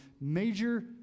major